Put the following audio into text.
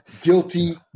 guilty